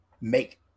make